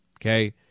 okay